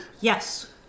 Yes